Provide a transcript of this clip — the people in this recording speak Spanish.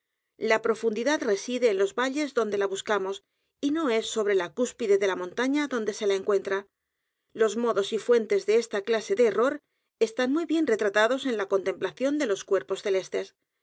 la profundidad reside en los valles donde la buscamos y no es sobre la cúspide de la montaña donde se la encuentra los modos y fuentes de esta clase de error están muy bien retratados en la contemplación de los cuerpos celestes